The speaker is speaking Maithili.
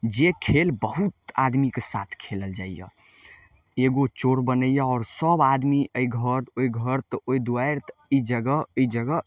जे खेल बहुत आदमीके साथ खेलल जाइए एगो चोर बनैये आओर सब आदमी अइ घर ओइ घर तऽ ओइ दुआरि ई जगह ई जगह